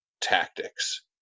tactics